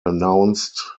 announced